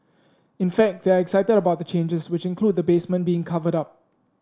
in fact they are excited about the changes which include the basement being covered up